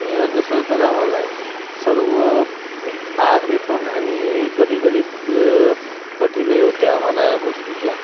तसं तर आम्हाला सर्व आहे पण आणि कधी कधी खूप कठीण ही होते आम्हाला ह्या गोष्टीचं